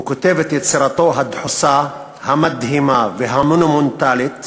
הוא כותב את יצירתו הדחוסה, המדהימה והמונומנטלית,